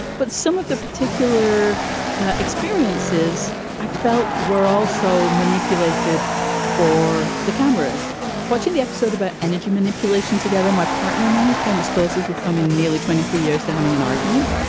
but some of the particular experiences i felt were also manipulated for the cameras watching the episode about energy manipulation together, my partner and i came as close as we've come in nearly twenty three years to having an argument.